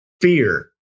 fear